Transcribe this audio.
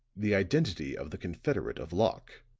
the identity of the confederate of locke.